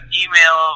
email